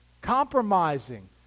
Compromising